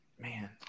Man